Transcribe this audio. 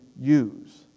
use